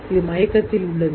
இது மயக்கத்தில் உள்ளது